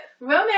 Romance